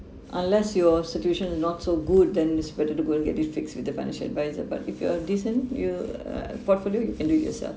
unless your situation is not so good then it's better to go and get this fixed with the financial advisor but if you are decent your uh portfolio you can do it yourself